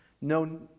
no